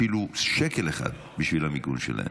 אפילו שקל אחד, בשביל למיגון שלהם.